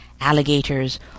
alligators